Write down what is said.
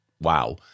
Wow